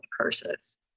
curses